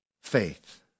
faith